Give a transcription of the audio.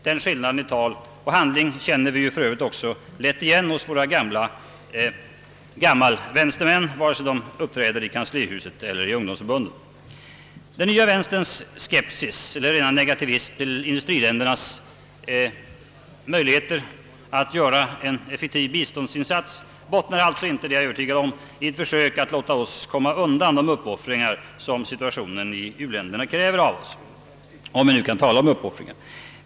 Den skillnaden mellan tal och handling känner vi för övrigt lätt igen hos våra gammalvänstermän, vare sig de uppträder i kanslihuset eller i ungdomsförbunden. Den nya vänsterns skepsis eller rena negativism till industriländernas möjligheter att göra en effektiv biståndsinsats bottnar alltså inte — det är jag övertygad om — i ett försök att låta oss komma undan de uppoffringar som situationen i u-länderna kräver av oss — om vi nu kan tala om uppoffringar.